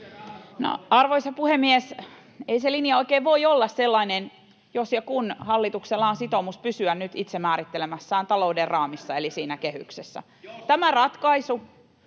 Arvoisa puhemies! Ei se linja oikein voi olla sellainen, jos ja kun hallituksella on sitoumus pysyä nyt itse määrittelemässään talouden raamissa eli siinä kehyksessä. [Välihuutoja